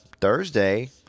Thursday